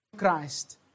Christ